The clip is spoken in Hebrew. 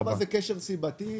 (4) זה קשר סיבתי.